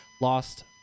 lost